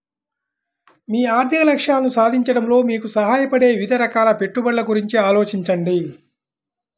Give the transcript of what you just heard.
మీ ఆర్థిక లక్ష్యాలను సాధించడంలో మీకు సహాయపడే వివిధ రకాల పెట్టుబడుల గురించి ఆలోచించండి